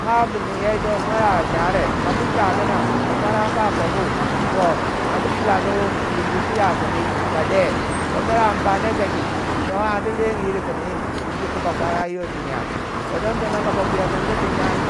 a Bu ningya yito. noi ya charei kabu chagu na, bakwaran ba kogo. Toh andi tilangu nyendi su yakundi ba dei. Toh mer amfani ya cha ki? no andi rue ngu yiru kin yi- yi jaku bakwara yirwa ti nyai. Toh don tono ka ba buya ningu ti nyai,